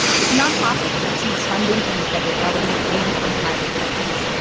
it's a nonprofit that receives funding from the federal government and from private donors,